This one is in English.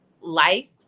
life